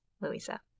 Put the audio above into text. Louisa